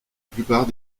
plupart